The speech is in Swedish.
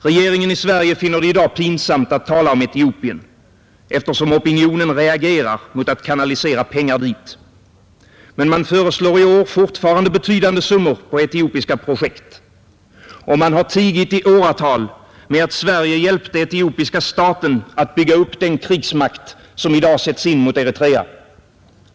Regeringen i Sverige finner det i dag pinsamt att tala om Etiopien, eftersom opinionen reagerar mot att kanalisera pengar dit. Men man föreslår i år fortfarande betydande summor till etiopiska projekt. Och man har tigit i åratal med att Sverige hjälpte etiopiska staten att bygga upp den krigsmakt som i dag sätts in mot Eritrea.